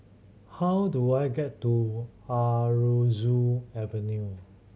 how do I get to Aroozoo Avenue